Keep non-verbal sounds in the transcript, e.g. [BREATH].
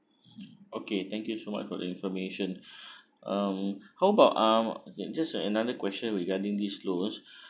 okay thank you so much for the information [BREATH] um how about um okay just have another question regarding this loan